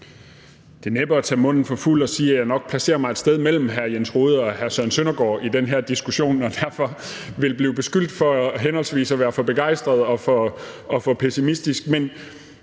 er næppe at tage munden for fuld at sige, at jeg nok placerer mig et sted mellem hr. Jens Rohde og hr. Søren Søndergaard i den her diskussion og derfor vil blive beskyldt for henholdsvis at være for begejstret og for pessimistisk.